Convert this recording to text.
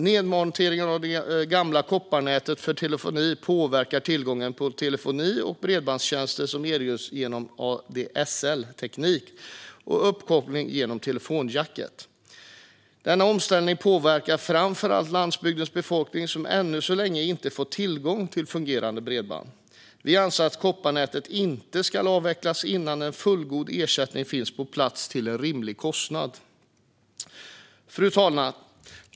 Nedmonteringen av det gamla kopparnätet för telefoni påverkar tillgången på telefoni och bredbandstjänster som erbjuds genom ADSL-teknik och uppkoppling genom telefonjack. Denna omställning påverkar framför allt den landsbygdsbefolkning som ännu inte fått tillgång till fungerande bredband. Vi anser att kopparnätet inte ska avvecklas innan en fullgod ersättning finns på plats till en rimlig kostnad. Fru talman!